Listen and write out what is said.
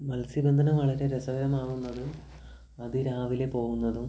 മത്സ്യബന്ധനം വളരെ രസകരമാകുന്നത് അതിരാവിലെ പോകുന്നതും